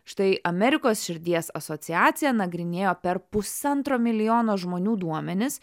štai amerikos širdies asociacija nagrinėjo per pusantro milijono žmonių duomenis